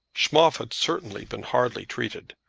schmoff had certainly been hardly treated.